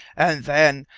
and then,